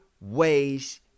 ways